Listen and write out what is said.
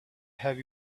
have